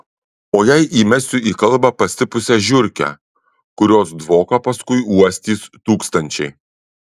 o jei įmesiu į kalbą pastipusią žiurkę kurios dvoką paskui uostys tūkstančiai